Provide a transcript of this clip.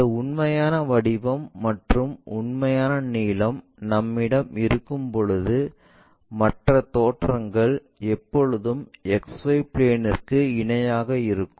இந்த உண்மையான வடிவம் மற்றும் உண்மையான நீளம் நம்மிடம் இருக்கும்போது மற்ற தோற்றங்கள் எப்போதும் XY பிளேன்ற்கு இணையாக இருக்கும்